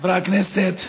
חברי הכנסת,